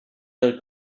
ihre